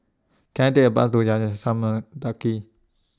Can I Take A Bus to Yayasan Mendaki